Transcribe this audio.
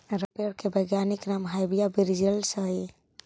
rubber के पेड़ के वैज्ञानिक नाम हैविया ब्रिजीलिएन्सिस हइ